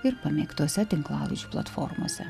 ir pamėgtose tinklalaidžių platformose